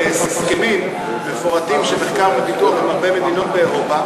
הסכמים מפורטים של מחקר ופיתוח עם הרבה מדינות באירופה.